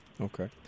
Okay